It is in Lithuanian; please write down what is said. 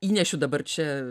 įnešiu dabar čia